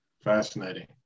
fascinating